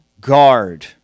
guard